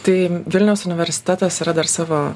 tai vilniaus universitetas yra dar savo